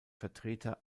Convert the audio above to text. vertreter